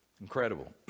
incredible